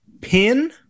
pin